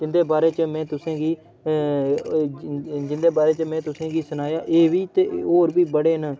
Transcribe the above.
जिं'दे बारै में तुसें गी जिं'दे बारे च में तुसें गी सनाया एह् बी ते होर बी बड़े न